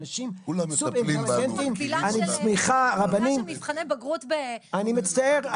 אנשים סופר אינטליגנטים -- לעשות מקבילה של מבחני בגרות -- אני מצטער,